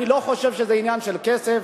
אני לא חושב שזה עניין של כסף,